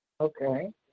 Okay